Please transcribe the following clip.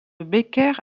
becker